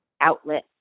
outlet